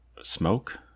smoke